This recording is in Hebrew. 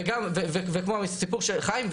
כמו הסיפור של חיים,